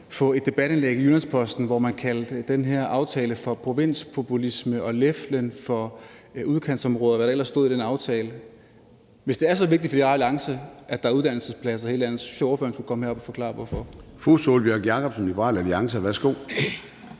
få et debatindlæg i Jyllands-Posten, hvor man kaldte den her aftale for provinspopulisme og leflen for udkantsområderne, og hvad der ellers stod i det debatindlæg. Hvis det er så vigtigt for Liberal Alliance, at der er uddannelsespladser i hele landet, synes jeg, at ordføreren skulle komme herop og forklare hvorfor. Kl. 13:23 Formanden (Søren Gade): Fru Sólbjørg Jakobsen, Liberal Alliance. Værsgo.